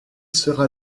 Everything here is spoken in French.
sera